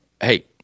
Hey